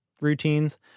routines